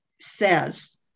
says